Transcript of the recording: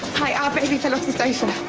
hi, our baby fell off the